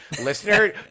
listener